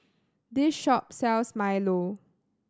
this shop sells milo